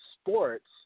sports